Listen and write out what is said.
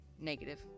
Negative